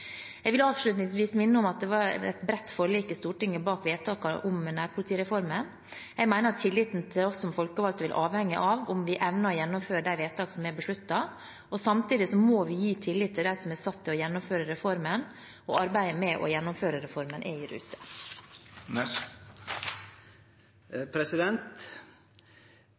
Jeg vil avslutningsvis minne om at det var et bredt forlik i Stortinget bak vedtaket om nærpolitireformen. Jeg mener at tilliten til oss som folkevalgte vil avhenge av om vi evner å gjennomføre de vedtak som er besluttet. Samtidig må vi gi tillit til dem som er satt til å gjennomføre reformen, og arbeidet med å gjennomføre reformen er